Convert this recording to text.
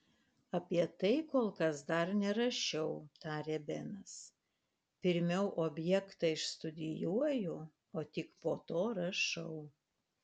apie tai kol kas dar nerašiau tarė benas pirmiau objektą išstudijuoju o tik po to rašau